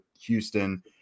Houston